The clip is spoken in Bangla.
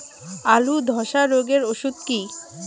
আলুর ধসা রোগের ওষুধ কি?